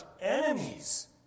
enemies